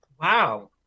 Wow